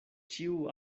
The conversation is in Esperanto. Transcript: ĉiu